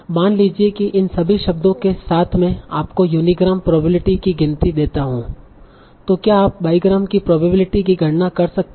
मान लीजिए कि इन सभी शब्दों के साथ में आपको यूनीग्राम प्रोबेबिलिटी की गिनती देता हूं तों क्या आप बाईग्राम की प्रोबेबिलिटी कि गणना कर सकते हैं